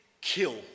kill